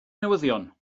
newyddion